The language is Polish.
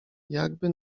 jakby